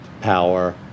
power